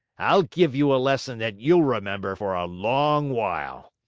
i'll give you a lesson that you'll remember for a long while.